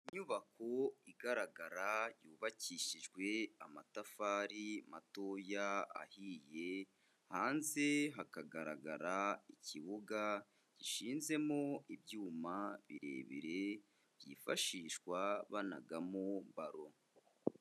Inyubako igaragara yubakishijwe amatafari matoya ahiye, hanze hakagaragara ikibuga gishinzemo ibyuma birebire byifashishwa banaga mu baro.